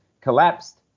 collapsed